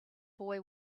boy